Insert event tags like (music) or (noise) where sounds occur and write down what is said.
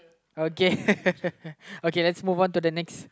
okay (laughs) okay let's move on to the next